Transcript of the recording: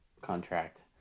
contract